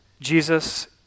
Jesus